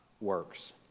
works